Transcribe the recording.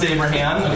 Abraham